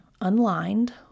unlined